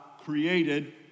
created